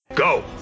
Go